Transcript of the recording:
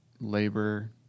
labor